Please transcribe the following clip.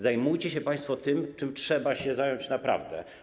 Zajmujcie się państwo tym, czym trzeba się zająć naprawdę.